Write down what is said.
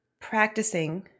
practicing